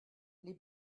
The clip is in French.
les